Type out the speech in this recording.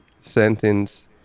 sentence